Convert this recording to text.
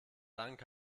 dank